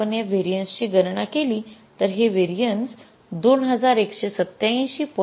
जर आपण या व्हेरिएन्सेस ची गणना केली तर हे व्हेरिएन्सेस २१८७